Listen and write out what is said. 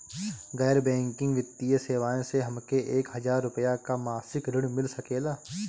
गैर बैंकिंग वित्तीय सेवाएं से हमके एक हज़ार रुपया क मासिक ऋण मिल सकेला?